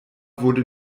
wurde